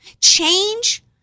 change